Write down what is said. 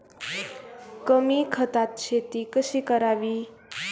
कमी खतात शेती कशी करावी?